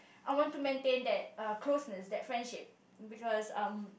I want to maintain that uh closeness that friendship because um